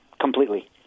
completely